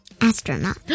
Astronaut